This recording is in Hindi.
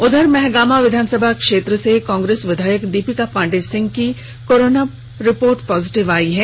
उधर महगामा विधानसभा क्षेत्र से कांग्रेस विधायक दीपिका पांडेय सिंह की कोरोना पॉजिटिव आई है